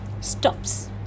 stops